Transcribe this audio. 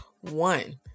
one